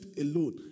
alone